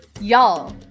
Y'all